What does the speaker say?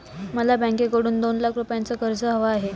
मला बँकेकडून दोन लाख रुपयांचं कर्ज हवं आहे